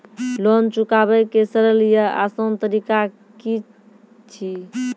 Loan चुकाबै के सरल या आसान तरीका की अछि?